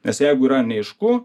nes jeigu yra neaišku